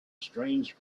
strange